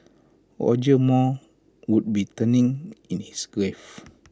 Roger Moore would be turning in his grave